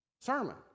sermon